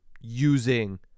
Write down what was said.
using